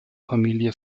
familie